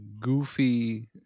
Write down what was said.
goofy